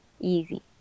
Easy